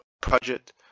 project